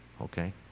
okay